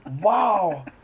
Wow